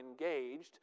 engaged